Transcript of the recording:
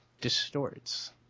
distorts